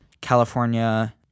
California